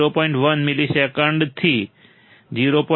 1 મિલિસેકન્ડ્સથી 0